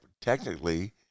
technically